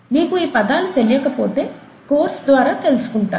మీకు ఈ పదాలు తెలియకపోతే కోర్స్ ద్వారా తెలుసుకుంటారు